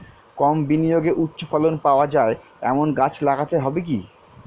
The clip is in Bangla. কম বিনিয়োগে উচ্চ ফলন পাওয়া যায় এমন গাছ লাগাতে হবে কি?